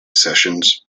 sessions